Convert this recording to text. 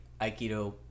aikido